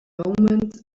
moment